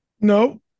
No